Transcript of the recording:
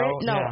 No